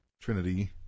Trinity